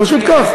פשוט כך.